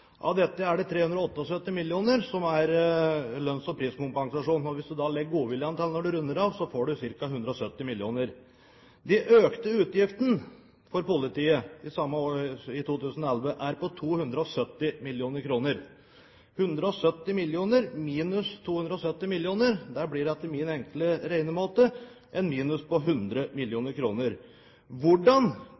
Av dette er 378 mill. kr lønns- og priskompensasjon. Hvis en da legger godviljen til når en runder av, får en ca. 170 mill. kr. De økte utgiftene for politiet i 2011 er på 270 mill. kr. 170 mill. kr minus 270 mill. kr blir etter min enkle regnemåte en minus på 100 mill. kr. Hvordan